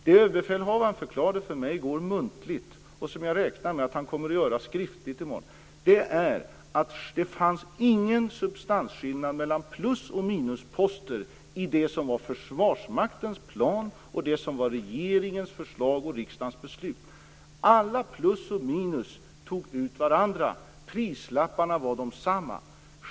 Det som överbefälhavaren förklarade för mig i går muntligt och som jag räknar med att han kommer att göra skriftligt i morgon är att det inte fanns någon substansskillnad mellan plus och minusposter i det som var försvarsmaktens plan och det som var regeringens förslag och riksdagens beslut. Alla plus och minus tog ut varandra. Prislapparna var desamma.